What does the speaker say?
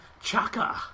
Chaka